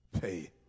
pay